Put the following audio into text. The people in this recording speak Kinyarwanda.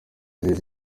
bazize